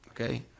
Okay